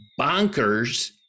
bonkers